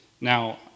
Now